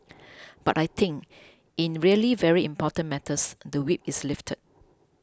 but I think in really very important matters the whip is lifted